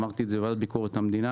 אמרתי בוועדה לביקורת המדינה,